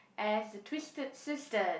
as the twisted sister